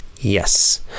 Yes